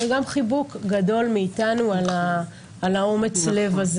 חיבוק גדול מאיתנו על אומץ הלב,